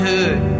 Hood